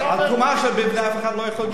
על התרומה אף אחד לא יכול להגיד,